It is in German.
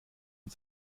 und